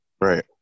Right